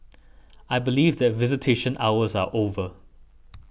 I believe that visitation hours are over